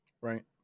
Right